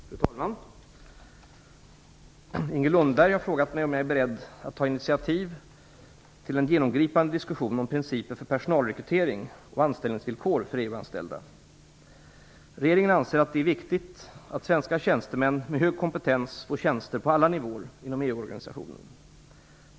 Fru talman! Inger Lundberg har frågat mig om jag är beredd att ta initiativ till en genomgripande diskussion om principer för personalrekrytering och anställningsvillkor för EU-anställda. Regeringen anser att det är viktigt att svenska tjänstemän med hög kompetens får tjänster på alla nivåer inom EU-organisationen.